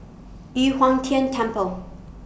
Yu Huang Tian Temple